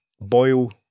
boil